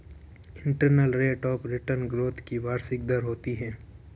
internal rate of return growth की वार्षिक दर होती है